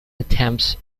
attempts